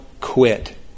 quit